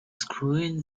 screwing